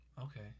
Okay